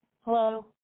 Hello